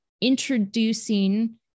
introducing